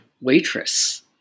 waitress